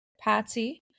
Patsy